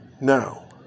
Now